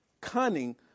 cunning